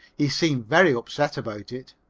he seemed very upset about it.